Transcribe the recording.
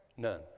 None